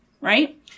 right